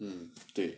mmhmm 对